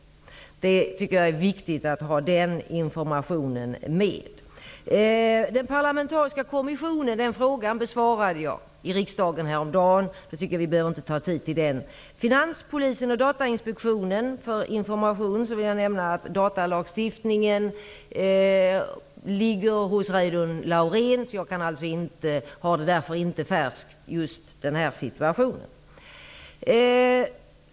Det är viktigt att ta med den informationen. Jag besvarade en fråga om den parlamentariska kommissionen här i riksdagen häromdagen, och vi behöver inte ta upp tiden med det nu. När det gäller finanspolisen och Datainspektionen kan jag informera om att datalagstiftningen ligger hos Reidunn Laurén och att jag därför inte har situationen klar för mig.